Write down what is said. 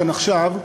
כאן עכשיו,